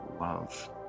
love